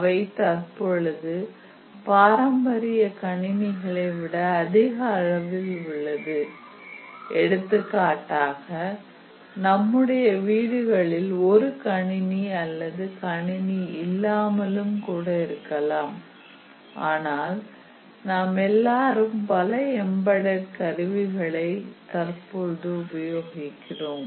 அவை தற்பொழுது பாரம்பரிய கணினிகளை விட அதிக அளவில் உள்ளது எடுத்துக்காட்டாக நம்முடைய வீடுகளில் ஒரு கணினி அல்லது கணினி இல்லாமலும் கூட இருக்கலாம் ஆனால் நாமெல்லாரும் பல எம்பெட் டெட் கருவிகளை தற்போது உபயோகிக்கிறோம்